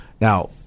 now